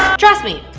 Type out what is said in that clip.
trust me,